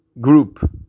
group